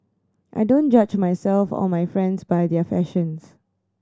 I don't judge myself or my friends by their fashions